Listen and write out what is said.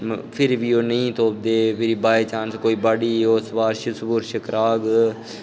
फिर बी ओह् नेईं तुप्पदे फिर बाईचांस कोई बड़ी सपारश कराग